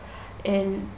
and